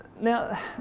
Now